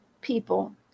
people